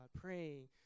praying